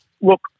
Look